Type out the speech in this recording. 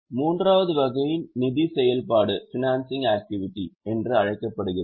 மூன்றாவது வகை நிதி செயல்பாடு என்று அழைக்கப்படுகிறது